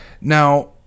Now